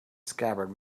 scabbard